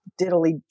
diddly